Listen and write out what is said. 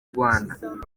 rwanda